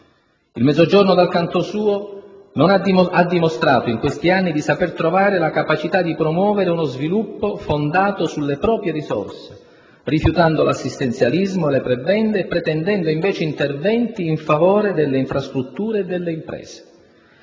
Il Mezzogiorno, dal canto suo, ha dimostrato in questi anni di saper trovare la capacità di promuovere uno sviluppo fondato sulle proprie risorse, rifiutando l'assistenzialismo, le prebende e pretendendo invece interventi in favore delle infrastrutture e delle imprese.